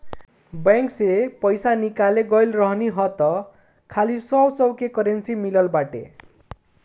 bank से पईसा निकाले गईल रहनी हअ तअ खाली सौ सौ के करेंसी मिलल बाटे